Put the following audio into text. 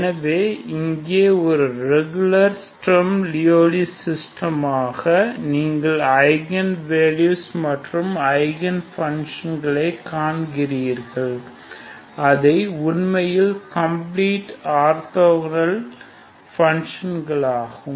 எனவே இங்கே ஒரு ரெகுலர் ஸ்டெர்ம் லியோவ்லி சிஸ்டமாக நீங்கள் ஐகன் வேல்யூகள் மற்றும் ஐகன் ஃப்பங்க்ஷன்ளை காண்கிறீர்கள் அதை உண்மையில் கம்ப்ளீட் ஆர்த்தோகோனல் ஃப்பங்க்ஷன்களாகும்